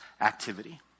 activity